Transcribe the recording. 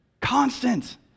constant